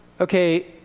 okay